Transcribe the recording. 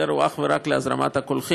ההיתר הוא אך ורק להזרמת קולחין.